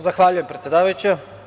Zahvaljujem predsedavajuća.